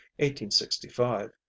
1865